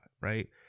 right